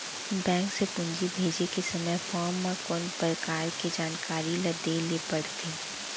Bank से पूंजी भेजे के समय फॉर्म म कौन परकार के जानकारी ल दे ला पड़थे?